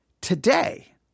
today